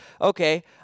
okay